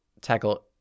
tackle